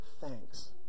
thanks